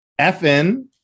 FN